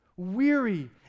weary